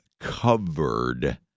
covered